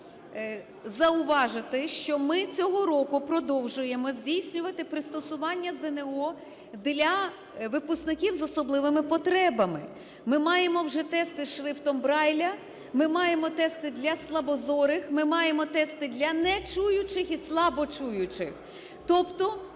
б зауважити, що ми цього року продовжуємо здійснювати пристосування ЗНО для випускників з особливими потребами. Ми маємо вже тексти з шрифтом Брайля, ми маємо тести для слабозорих, ми маємо тексти для нечуючих і слабочуючих, тобто